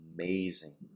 amazing